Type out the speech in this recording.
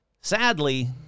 Sadly